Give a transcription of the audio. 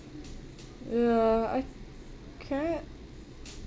ya I can't